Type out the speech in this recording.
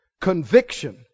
Conviction